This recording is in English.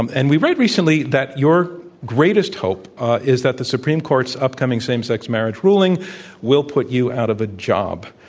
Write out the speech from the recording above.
um and we read recently that your greatest hope is that the supreme court's upcoming same sex marriage ruling will put you out of a job.